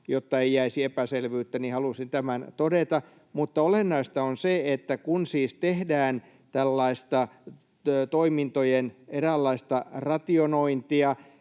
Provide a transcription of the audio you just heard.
Jotta ei jäisi epäselvyyttä, niin halusin tämän todeta. Mutta olennaista on se, että kun siis tehdään tällaista toimintojen